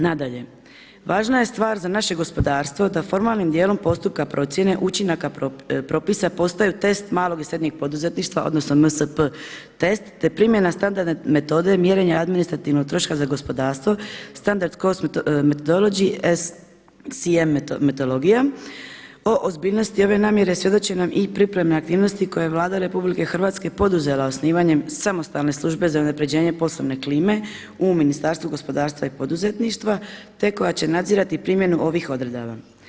Nadalje, važna je stvar za naše gospodarstvo da formalnim dijelom postupka procjene učinaka propisa postaju tekst malog i srednjeg poduzetništva, odnosno MSP test, te primjena standardne metode mjerenja administrativnog troška za gospodarstvo, standard cost metodology … [[Govornica govori engleski, ne razumije se.]] O ozbiljnosti ove namjere svjedoče nam i pripremne aktivnosti koje je Vlada RH poduzela osnivanjem samostalne službe za unapređenje poslovne klime u Ministarstvu gospodarstva i poduzetništva, te koja će nadzirati primjenu ovih odredaba.